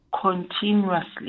Continuously